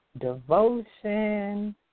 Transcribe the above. devotion